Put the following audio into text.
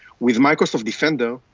with microsoft defender,